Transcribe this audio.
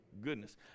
Goodness